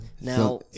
Now